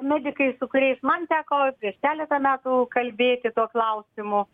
medikai su kuriais man teko prieš keletą metų kalbėti tuo klausimu